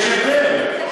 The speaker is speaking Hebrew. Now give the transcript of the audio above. יש הבדל.